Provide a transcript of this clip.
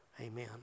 Amen